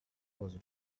was